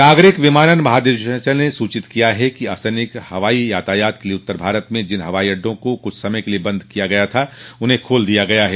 नागरिक विमानन महानिदेशालय ने सूचित किया है कि असैनिक हवाई यातायात के लिये उत्तर भारत में जिन हवाई अड्डों को कुछ समय के लिये बंद किया गया था उन्हें खोल दिया गया है